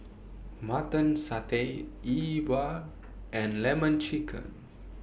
Mutton Satay E Bua and Lemon Chicken